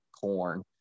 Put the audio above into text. corn